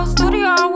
Studio